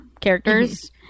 characters